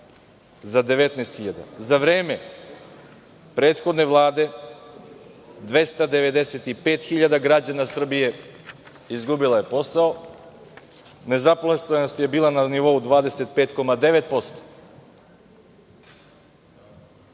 Za vreme prethodne Vlade 295 hiljada građana Srbije izgubilo je posao, nezaposlenost je bila na nivou 25,9%.